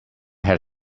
had